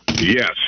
Yes